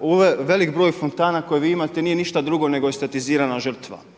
ovaj velik broj fontana koje vi imate nije ništa drugo nego je estetizirana žrtva.